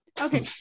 Okay